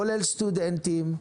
כולל סטודנטים,